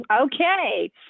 Okay